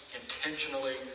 intentionally